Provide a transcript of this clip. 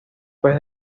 pez